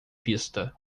pista